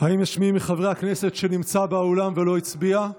האם יש מי מחברי הכנסת שנמצא באולם ולא הצביע?